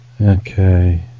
Okay